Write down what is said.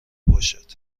باشد